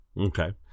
okay